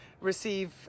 receive